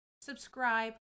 subscribe